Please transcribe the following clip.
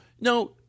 no